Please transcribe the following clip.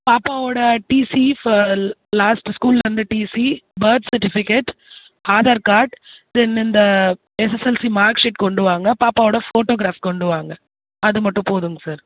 பாப்பாவோட TC last ஸ்கூல்லேர்ந்து TC birth certificate Aadhaar card then இந்த எஸ்எஸ்எல்சி மார்க் ஷீட் கொண்டு வாங்க பாப்பாவோட ஃபோட்டோகிராஃப் கொண்டு வாங்க அது மட்டும் போதுங்க சார்